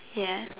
yes